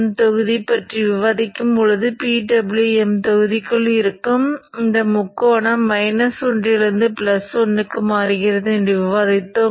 எனவே பக் மாற்றியை பற்றி விவாதிக்கும் போதெல்லாம் முன்பு போல் அலைவடிவங்களை வைப்பதற்கு இங்கே சிறிது இடம் கொடுத்துள்ளேன்